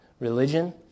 religion